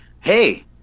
Hey